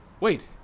Wait